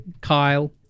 Kyle